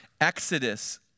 Exodus